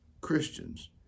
Christians